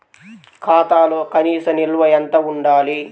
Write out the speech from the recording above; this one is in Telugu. ఖాతాలో కనీస నిల్వ ఎంత ఉండాలి?